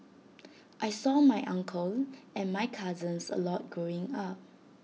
I saw my uncle and my cousins A lot growing up